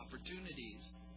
opportunities